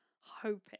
hoping